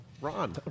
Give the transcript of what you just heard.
Ron